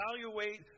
evaluate